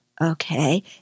Okay